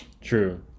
true